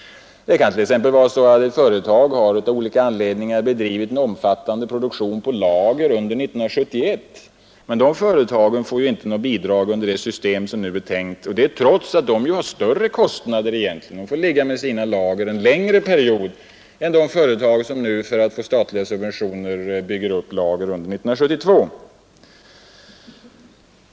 Det kan t.ex. vara så att företag av olika anledningar har bedrivit en omfattande produktion på lager under 1971, men de företagen får ju inte något bidrag med det system som nu är tänkt, trots att de egentligen har större kostnader eftersom de får ligga med sina lager en längre period än företag som nu för att få statliga subventioner bygger upp lager under 1972.